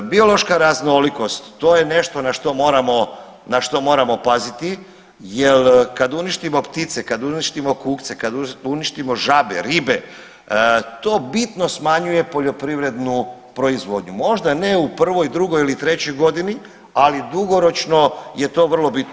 Biološka raznolikost to je nešto na što moramo paziti, jer kad uništimo ptice, kad uništimo kukce, kad uništimo žabe, ribe to bitno smanjuje poljoprivrednu proizvodnju možda ne u prvoj, drugoj ili trećoj godini ali dugoročno je to vrlo bitno.